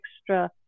extra